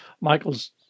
Michael's